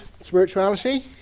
spirituality